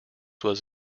was